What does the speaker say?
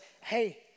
hey